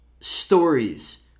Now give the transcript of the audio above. stories